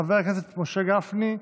חבר הכנסת משה גפני,